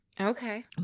Okay